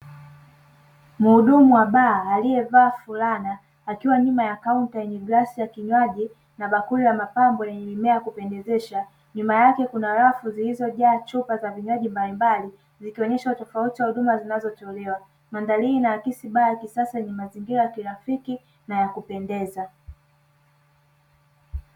Mhudumu wa baa aliyevaa fulana akiwa nyuma ya kaunta yenye glasi ya kinywaji na bakuli la mapambo lenye mimea wa kupendezesha, nyuma yake kuna rafu zilizojas chupa za vinywaji mbalimbali, zikionyesha utofauti wa huduma zinazotolewa. Mandhari hii inaakisi baa ya kisasa yenye mazingira ya kirafiki na ya kupendeza.